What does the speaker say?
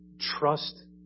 trust